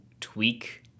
tweak